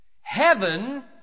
Heaven